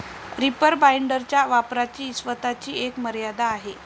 reaper बाइंडरच्या वापराची स्वतःची एक मर्यादा आहे